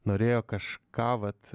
norėjo kažką vat